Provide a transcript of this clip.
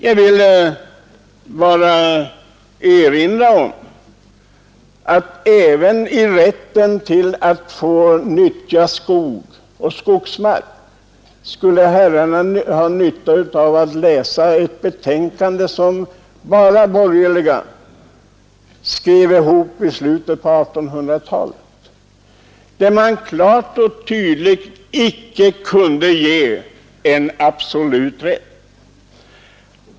Jag vill erinra om att även när det gäller rätten att nyttja skog och skogsmark skulle herrarna ha nytta av att läsa ett betänkande, som bara borgerliga skrev ihop i slutet av 1800-talet. Där framgår klart och tydligt att man icke kunde ge en absolut rätt.